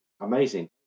amazing